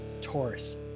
Taurus